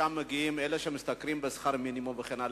משם מגיעים אלה שמשתכרים שכר מינימום וכן הלאה.